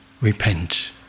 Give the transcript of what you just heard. repent